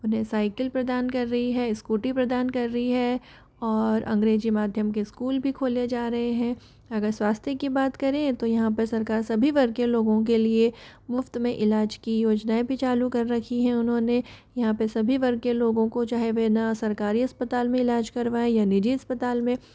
उन्हें साइकिल प्रदान कर रही है स्कूटी प्रदान कर रही है और अंग्रेजी माध्यम के स्कूल भी खोले जा रहे हैं अगर स्वास्थ्य की बात करें तो यहाँ पे सरकार सभी वर्ग के लोगों के लिए मुफ्त में इलाज की योजनाएं भी चालू कर रखी हैं उन्होंने यहाँ पे सभी वर्ग के लोगों को चाहे वे ना सरकारी अस्पताल में इलाज करवाए या निजी अस्पताल में